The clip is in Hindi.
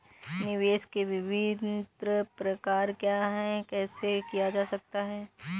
निवेश के विभिन्न प्रकार क्या हैं यह कैसे किया जा सकता है?